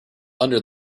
under